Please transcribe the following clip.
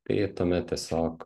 tai tuomet tiesiog